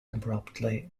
abruptly